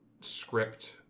script